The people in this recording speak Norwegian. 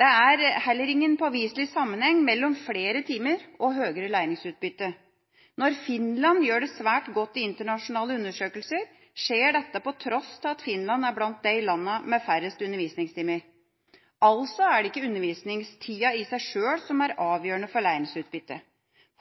Det er heller ingen påviselig sammenheng mellom flere timer og høyere læringsutbytte. Når Finland gjør det svært godt i internasjonale undersøkelser, skjer dette på tross av at Finland er blant landene med færrest undervisningstimer. Altså er det ikke undervisningstida i seg sjøl som er avgjørende for læringsutbytte.